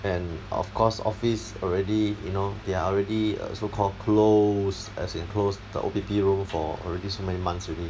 and of course office already you know they are already uh so called closed as in closed the O_P_P room for already so many months already